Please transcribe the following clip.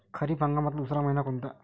खरीप हंगामातला दुसरा मइना कोनता?